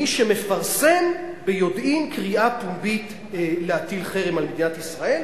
מי שמפרסם ביודעין קריאה פומבית להטיל חרם על מדינת ישראל,